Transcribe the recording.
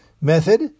method